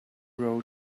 road